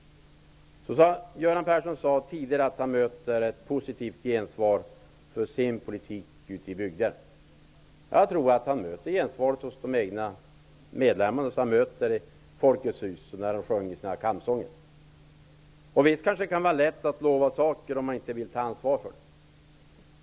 Göran Persson sade tidigare att han ute i bygden möter ett positivt gensvar för sin politik. Jag tror att han möter gensvar hos de egna medlemmarna som han träffar i Folkets hus när de sjunger sina kampsånger. Visst kan det kanske vara lätt att lova saker som man inte vill ta ansvar för.